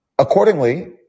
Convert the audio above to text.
Accordingly